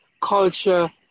culture